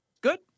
Good